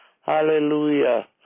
Hallelujah